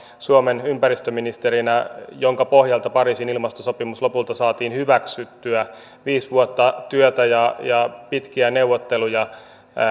suomen ympäristöministerinä sitä tiekarttaa jonka pohjalta pariisin ilmastosopimus lopulta saatiin hyväksyttyä viisi vuotta työtä ja ja pitkiä neuvotteluja